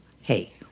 hey